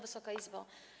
Wysoka Izbo!